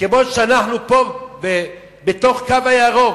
כמו שאנחנו פה, בתוך "הקו הירוק",